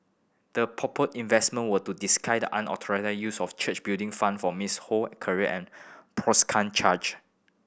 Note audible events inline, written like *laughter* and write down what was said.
the purported investment were to disguise the unauthorised use of church Building Fund for Miss Ho career and *unintelligible* charge